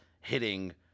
hitting